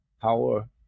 power